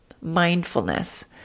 Mindfulness